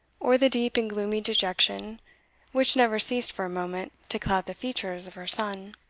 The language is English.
or the deep and gloomy dejection which never ceased for a moment to cloud the features of her son.